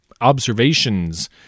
observations